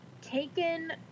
taken